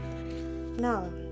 Now